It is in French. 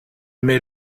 met